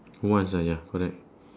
once ah ya correct